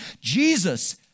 Jesus